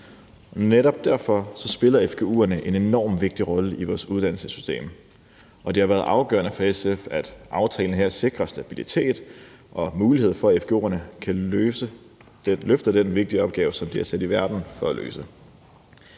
Netop derfor spiller fgu'en en enormt vigtig rolle i vores uddannelsessystem, og det har været afgørende for SF, at aftalen her sikrer stabilitet og mulighed for, at fgu-institutionerne kan løfte den vigtige opgave, som de er sat i verden for at løse.